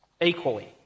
equally